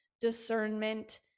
discernment